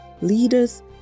leaders